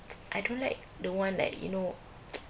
I don't like the one like you know